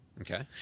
Okay